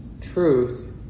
truth